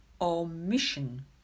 omission